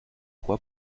quoi